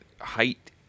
height